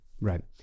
right